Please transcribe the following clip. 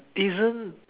isn't